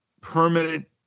permanent